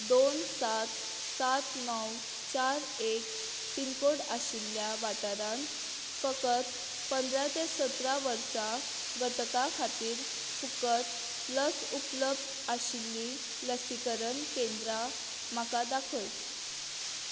दोन सात सात णव चार एक पिनकोड आशिल्ल्या वाठारांत फकत पंदरा ते सतरा वर्सां घटका खातीर फुकट लस उपलब्ध आशिल्ली लसीकरण केंद्रां म्हाका दाखय